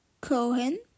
Cohen